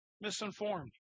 misinformed